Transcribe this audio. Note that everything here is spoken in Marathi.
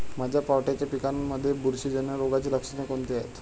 माझ्या पावट्याच्या पिकांमध्ये बुरशीजन्य रोगाची लक्षणे कोणती आहेत?